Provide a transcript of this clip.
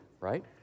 right